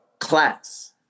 class